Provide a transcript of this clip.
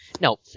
no